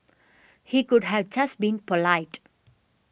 he could have just been polite